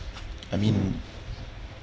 I mean